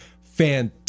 fantastic